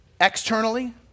externally